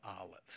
Olives